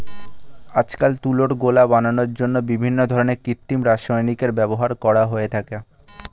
আজকাল তুলোর গোলা বানানোর জন্য বিভিন্ন ধরনের কৃত্রিম রাসায়নিকের ব্যবহার করা হয়ে থাকে